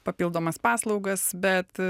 papildomas paslaugas bet